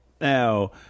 now